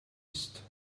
ist